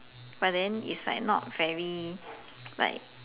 but then it's like not very like